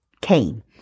came